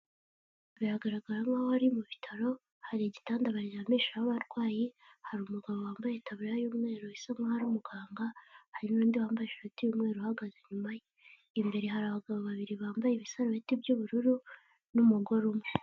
Biragaragara nkaho ari mu bitaro hari igitanda baryamisha abarwayi hari umugabo wambaye itaburiya y'umweru bisa nkaho ari umuganga hari n'undi wambaye ishati y'umweru uhagaze inyuma ye, imbere hari abagabo babiri bambaye ibisarubeti by'ubururu n'umugore umwe.